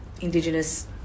Indigenous